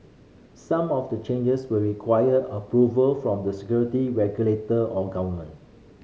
some of the changes will require approval from the security regulator or government